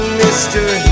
mystery